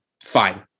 fine